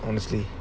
honestly